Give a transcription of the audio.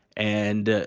and, ah